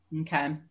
Okay